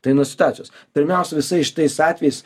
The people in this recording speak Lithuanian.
tai nuo situacijos pirmiausia visais šitais atvejais